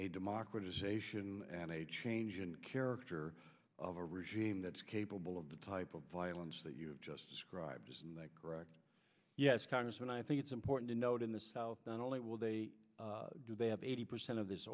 a democratization and a change in character of a regime that is capable of the type of violence that you've just described isn't that correct yes congressman i think it's important to note in the south not only will they do they have eighty percent of this